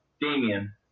Damien